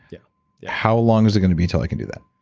yeah how long is it going to be until i can do that?